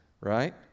right